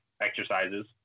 exercises